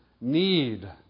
need